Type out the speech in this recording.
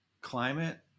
climate